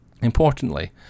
Importantly